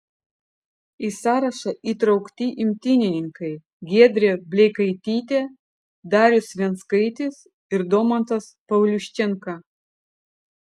į sąrašą įtraukti imtynininkai giedrė blekaitytė darius venckaitis ir domantas pauliuščenka